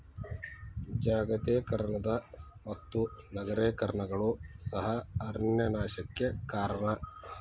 ಜಾಗತೇಕರಣದ ಮತ್ತು ನಗರೇಕರಣಗಳು ಸಹ ಅರಣ್ಯ ನಾಶಕ್ಕೆ ಕಾರಣ